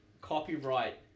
copyright